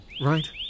right